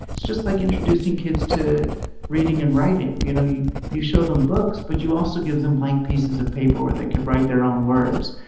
it's just like introducing kids to reading and writing, you know, you you show them books, but you also give them blank pieces of paper where they can write their own words.